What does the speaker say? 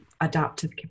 adaptive